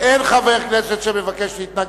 אם לא תסכימי לתנאי אני גם אצביע.